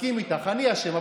מסכים איתך, אני אשם.